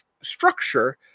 structure